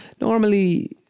Normally